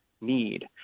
need